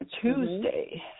Tuesday